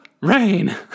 rain